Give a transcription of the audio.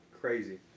crazy